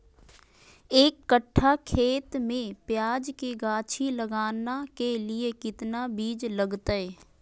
एक कट्ठा खेत में प्याज के गाछी लगाना के लिए कितना बिज लगतय?